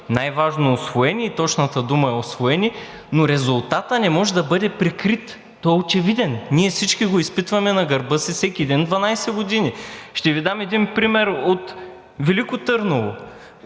пари са похарчени, а точната дума е усвоени, но резултатът не може да бъде прикрит. Той е очевиден и ние всичко го изпитваме на гърба си всеки ден от 12 години. Ще Ви дам един пример от Велико Търново.